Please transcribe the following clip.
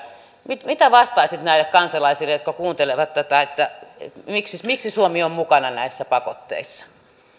mitä mitä vastaisit näille kansalaisille jotka kuuntelevat tätä miksi miksi suomi on mukana näissä pakotteissa